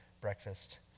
breakfast